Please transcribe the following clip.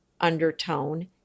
undertone